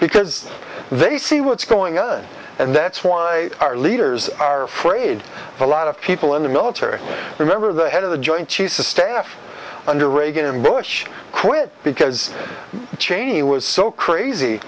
because they see what's going and that's why our leaders are afraid a lot of people in the military remember the head of the joint chiefs of staff under reagan and bush quit because cheney was so crazy